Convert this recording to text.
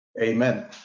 Amen